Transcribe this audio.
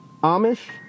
Amish